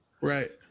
Right